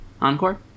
Encore